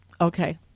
okay